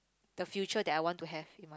the future that I want to have in my